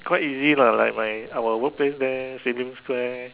quite easy lah like my our workplace there Sim-Lim-Square